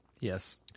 Yes